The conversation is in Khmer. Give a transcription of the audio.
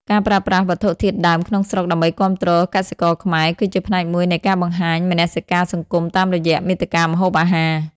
ការប្រើប្រាស់វត្ថុធាតុដើមក្នុងស្រុកដើម្បីគាំទ្រកសិករខ្មែរ គឺជាផ្នែកមួយនៃការបង្ហាញមនសិការសង្គមតាមរយៈមាតិកាម្ហូបអាហារ។